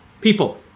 people